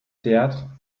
théâtre